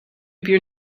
peer